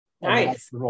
nice